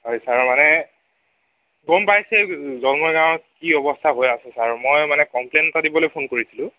হয় ছাৰ মানে গম পাইছেই গাঁৱৰ কি অৱস্থা হৈ আছে ছাৰ মই মানে কমপ্লেইন এটা দিবলৈ ফোন কৰিছিলোঁ